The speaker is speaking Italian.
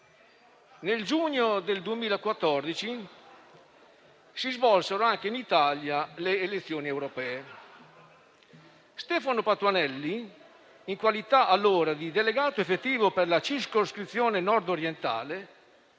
nel giugno del 2014 si svolsero anche in Italia le elezioni europee. Stefano Patuanelli, in qualità - allora - di delegato effettivo per la circoscrizione nord-orientale,